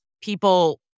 people